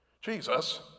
Jesus